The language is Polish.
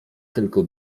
tylko